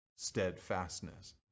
Steadfastness